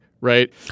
right